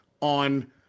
on